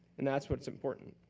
and that's what is important.